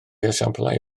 esiamplau